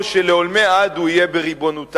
או שלעולמי עד הוא יהיה בריבונותה.